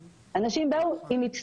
אנשים באים עם חזון,